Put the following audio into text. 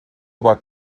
aber